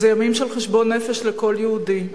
ואלה ימים של חשבון נפש לכל יהודי,